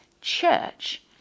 church